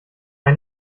ein